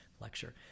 Lecture